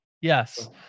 Yes